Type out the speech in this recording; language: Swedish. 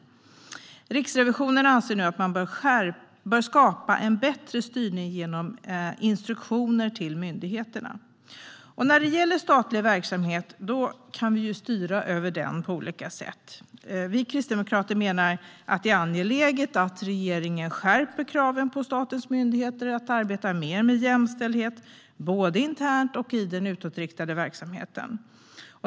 Riksrevisionen anser nu att man bör skapa en bättre styrning med hjälp av instruktioner till myndigheterna. Statlig verksamhet kan styras på olika sätt. Vi kristdemokrater menar att det är angeläget att regeringen skärper kraven på statens myndigheter att arbeta mer med jämställdhet internt och i den utåtriktade verksamheten.